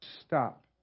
stop